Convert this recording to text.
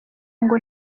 ngo